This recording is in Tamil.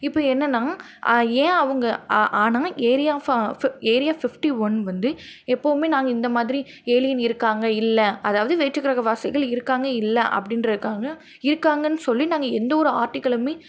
இப்போ என்னென்னா ஏன் அவங்க ஆனால் ஏரியா ஃபாஃ ஃபிஃ ஏரியா ஃபிஃப்ட்டி ஒன் வந்து எப்போவுமே நாங்கள் இந்த மாதிரி ஏலியன் இருக்காங்கள் இல்லை அதாவது வேற்றுகிரகவாசிகள் இருக்காங்கள் இல்லை அப்படின்றதுக்காக இருக்காங்கன்னு சொல்லி நாங்கள் எந்த ஒரு ஆர்ட்டிக்களுமே